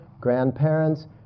grandparents